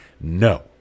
no